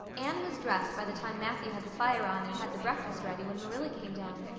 anne was dressed by the time matthew had the fire on and had the breakfast ready when marilla came down,